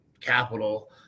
capital